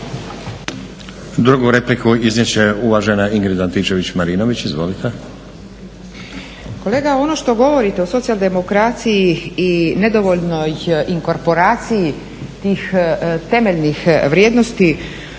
Drugu repliku iznijet će uvažena Ingrid Antičević-Marinović. Izvolite. **Antičević Marinović, Ingrid (SDP)** Kolega ono što govorite o socijaldemokraciji i nedovoljnoj inkorporaciji tih temeljnih vrijednosti